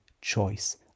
choice